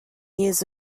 years